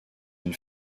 une